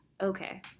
okay